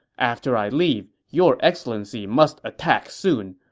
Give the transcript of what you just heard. after i leave, your excellency must attack soon.